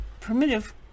primitive